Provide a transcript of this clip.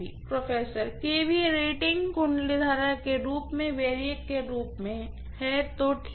professor kVA rating और winding current के रूप वरिएक के रूप में ठीक है